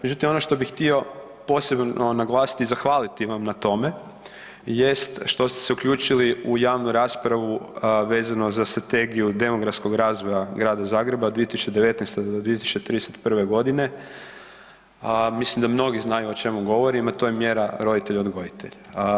Međutim, ono što bih htio posebno naglasiti i zahvaliti vam na tome jest što ste se uključili u javnu raspravu vezano za Strategiju demografskog razvoja Grada Zagreba 2019.-2031. godine, a mislim da mnogi znaju o čemu govorim, a to je mjera roditelj-odgojitelj.